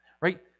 right